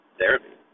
therapy